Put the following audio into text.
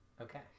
okay